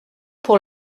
pour